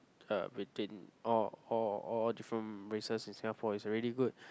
uh between all all all different races in Singapore is already good